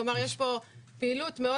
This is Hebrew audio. יש פה פעילות מאוד